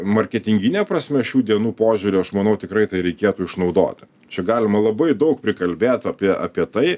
marketingine prasme šių dienų požiūriu aš manau tikrai tai reikėtų išnaudoti čia galima labai daug prikalbėt apie apie tai